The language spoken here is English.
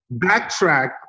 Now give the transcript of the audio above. backtrack